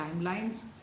timelines